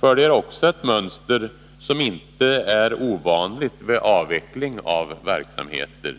följer också ett mönster som inte är ovanligt vid avveckling av verksamheter.